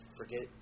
forget